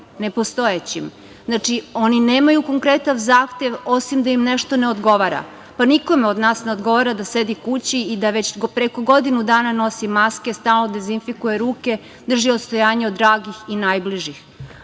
Znači, oni nemaju konkretan zahtev, osim da im nešto ne odgovara. Pa, nikome od nas ne odgovara da sedi kući i da već preko godinu dana nosi maske, stalno dezinfikuje ruke, drži odstojanje od dragih i najbližih. Žalosno